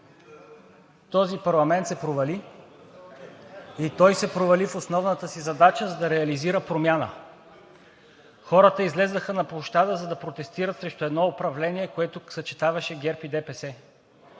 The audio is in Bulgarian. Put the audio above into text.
Този парламент се провали и той се провали в основната си задача – да реализира промяна. Хората излязоха на площада, за да протестират срещу едно управление, което съчетаваше ГЕРБ и ДПС.